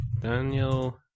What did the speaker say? Daniel